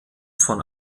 von